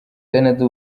canada